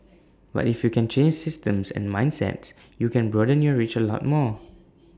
but if you can change systems and mindsets you can broaden your reach A lot more